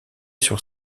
sur